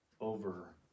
over